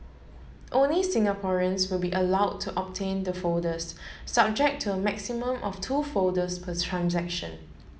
only Singaporeans will be allowed to obtain the folders subject to a maximum of two folders per transaction